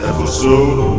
Episode